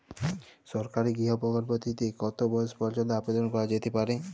সরকারি গৃহ প্রকল্পটি তে কত বয়স পর্যন্ত আবেদন করা যেতে পারে?